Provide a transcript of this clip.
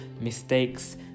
Mistakes